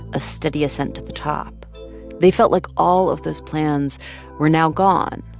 a steady ascent to the top they felt like all of those plans were now gone,